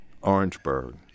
Orangeburg